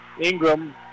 Ingram